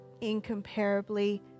incomparably